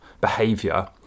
behavior